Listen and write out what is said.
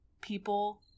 people